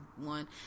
one